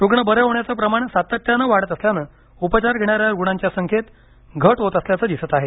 रुग्ण बरे होण्याचे प्रमाण सातत्यानं वाढत असल्यानं उपचार घेणाऱ्या रुग्णांच्या संख्येत घट होत असल्याचं दिसत आहे